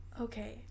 Okay